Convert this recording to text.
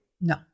No